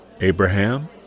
Abraham